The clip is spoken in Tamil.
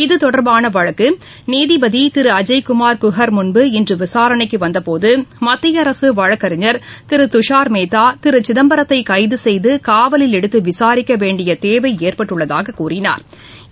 இது தொடர்பான வழக்குநீதிபதி திரு அஜய்கும்ா குஹர் முன்பு இன்று விசாரணைக்கு வந்தபோது மத்திய அரசு வழக்கறிஞர் திரு துஷாா் மேத்தா திரு சிதம்பரத்தை கைது செய்து காவலில் எடுத்து விசாரிக்க வேண்டிய தேவை ஏற்பட்டுள்ளதாகக் கூறினாா்